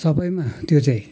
सबैमा त्यो चाहिँ